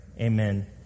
amen